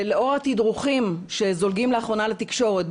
לאור התדרוכים שזולגים לאחרונה לתקשורת,